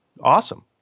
awesome